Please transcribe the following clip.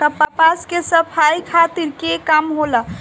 कपास के सफाई आ कताई के काम होला